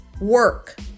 work